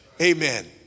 Amen